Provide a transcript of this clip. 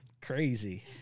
crazy